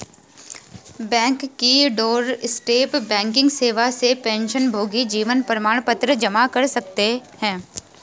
bank की doorstep banking सेवा से पेंशनभोगी जीवन प्रमाण पत्र जमा कर सकते हैं